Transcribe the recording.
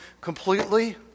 completely